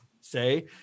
say